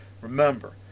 Remember